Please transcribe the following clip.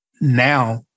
now